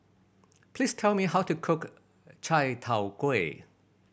please tell me how to cook chai tow kway